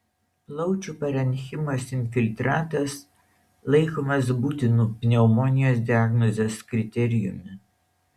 plaučių parenchimos infiltratas laikomas būtinu pneumonijos diagnozės kriterijumi